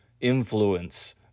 influence